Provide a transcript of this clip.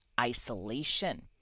isolation